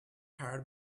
powered